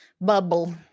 Bubble